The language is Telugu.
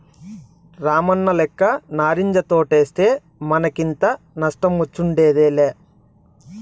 రామన్నలెక్క నారింజ తోటేస్తే మనకింత నష్టమొచ్చుండేదేలా